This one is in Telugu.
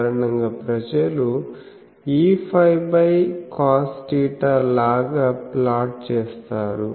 సాధారణంగా ప్రజలు Eφcosθ లాగా ఫ్లాట్ చేస్తారు